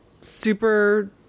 super